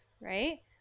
Right